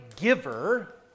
giver